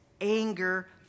anger